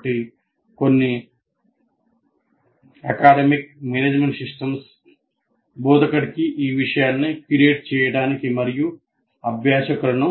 కాబట్టి కొన్ని academic management systems బోధకుడికి ఈ విషయాన్ని క్యూరేట్ చేయడానికి మరియు అభ్యాసకులకు